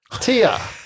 Tia